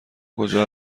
کجا